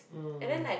mm